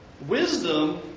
Wisdom